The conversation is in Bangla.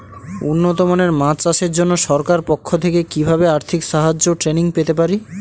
উন্নত মানের মাছ চাষের জন্য সরকার পক্ষ থেকে কিভাবে আর্থিক সাহায্য ও ট্রেনিং পেতে পারি?